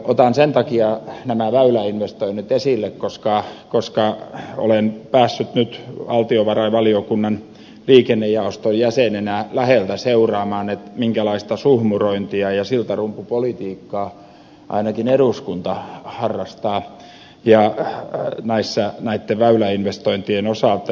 otan sen takia nämä väyläinvestoinnit esille koska olen päässyt nyt valtiovarainvaliokunnan liikennejaoston jäsenenä läheltä seuraamaan minkälaista suhmurointia ja siltarumpupolitiikkaa ainakin eduskunta harrastaa näitten väyläinvestointien osalta